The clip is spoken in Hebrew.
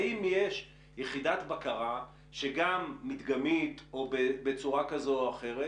האם יש יחידת בקרה שגם מדגמית או בצורה כזו או אחרת,